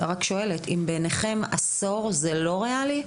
בעיניכם עשור זה לא ריאלי?